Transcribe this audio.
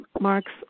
Mark's